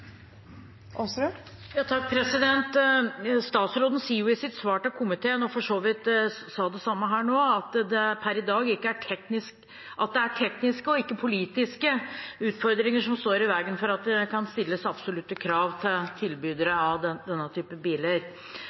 for så vidt det samme her nå, at det per i dag er tekniske og ikke politiske utfordringer som står i veien for at det kan stilles absolutte krav til tilbydere av denne typen biler.